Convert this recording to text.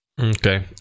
Okay